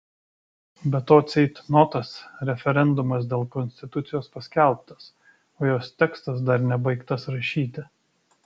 be to ceitnotas referendumas dėl konstitucijos paskelbtas o jos tekstas dar nebaigtas rašyti